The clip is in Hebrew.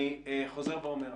אני חוזר ואומר,